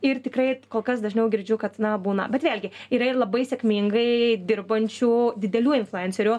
ir tikrai kol kas dažniau girdžiu kad na būna bet vėlgi yra ir labai sėkmingai dirbančių didelių influencerių